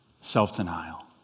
self-denial